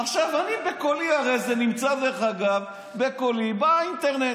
עכשיו, אני בקולי, הרי זה נמצא בקולי באינטרנט.